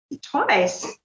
twice